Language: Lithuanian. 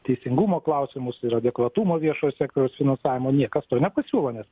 teisingumo klausimus ir adekvatumo viešojo sektoriaus finansavimo niekas to nepasiūlo nes